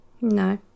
No